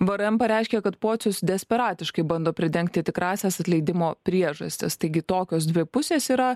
vrm pareiškė kad pocius desperatiškai bando pridengti tikrąsias atleidimo priežastis taigi tokios dvi pusės yra